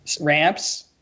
ramps